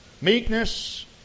meekness